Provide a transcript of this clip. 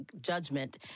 judgment